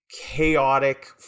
chaotic